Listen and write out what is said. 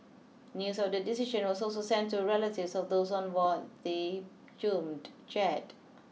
news of the decision was so sent to relatives of those on board the doomed jet